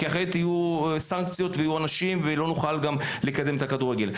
כי אחרת יהיו סנקציות ויוטלו עונשים ולא נוכל לקדם את הכדורגל,